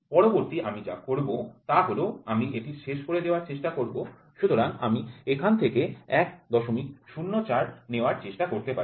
পরবর্তী আমি যা করব তা হল আমি এটি শেষ করে দেওয়ায় চেষ্টা করব সুতরাং আমি এখান থেকে ১০৪ নেওয়ার চেষ্টা করতে পারি